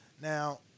Now